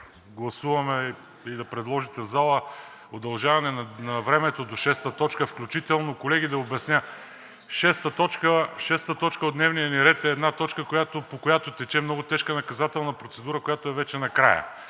гласуваме и да предложите в залата удължаване на времето до шеста точка включително. Колеги, да обясня. Шеста точка от дневния ни ред е една точка, по която тече много тежка наказателна процедура, която е вече накрая.